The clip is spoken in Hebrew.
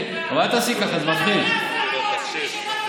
את זה בטוח לא נעשה,